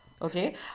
Okay